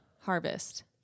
Harvest